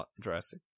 Jurassic